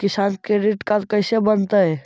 किसान credit card कैसे बनतै?